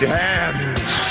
hands